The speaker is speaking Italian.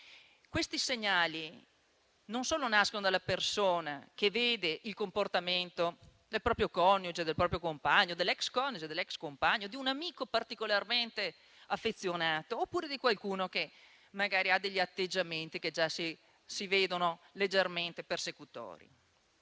spie, i segnali, che non nascono solo dalla persona che vede il comportamento del proprio coniuge, del proprio compagno, dell'ex coniuge, dell'ex compagno, di un amico particolarmente affezionato oppure di qualcuno che magari ha atteggiamenti che già si interpretano come leggermente persecutori.